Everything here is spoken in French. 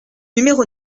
numéro